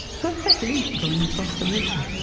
perfect loop going across the river.